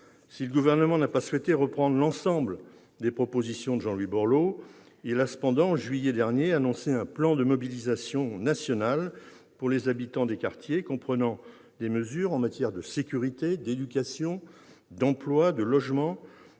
Si le Gouvernement n'a pas souhaité reprendre l'ensemble des propositions de Jean-Louis Borloo, il a cependant, en juillet dernier, annoncé un plan de mobilisation nationale pour les habitants des quartiers, comprenant des mesures en matière de sécurité, d'éducation, d'emploi, de logement,